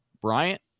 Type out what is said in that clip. Bryant